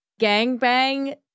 Gangbang